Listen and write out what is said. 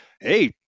hey